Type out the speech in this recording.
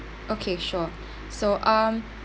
okay sure so um